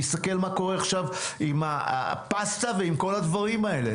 תסתכל מה קורה עכשיו עם הפסטה ועם כל הדברים האלה.